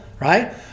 right